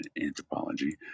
anthropology